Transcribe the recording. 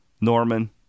Norman